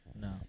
No